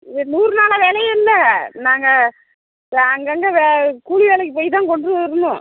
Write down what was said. இது நூறு நாள் வேலையும் இல்லை நாங்கள் அங்கங்கே வே கூலி வேலைக்கு போய் தான் கொண்ட்டு வரணும்